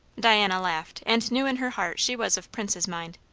diana laughed, and knew in her heart she was of prince's mind.